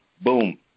Boom